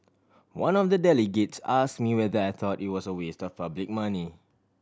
one of the delegates ask me whether I thought it was a waste for public money